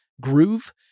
groove